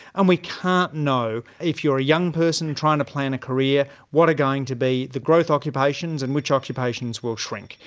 and we can't know if you're a young person trying to plan a career, what are going to be the growth occupations and which occupations will shrink.